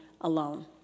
alone